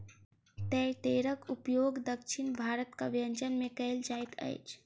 तेतैरक उपयोग दक्षिण भारतक व्यंजन में कयल जाइत अछि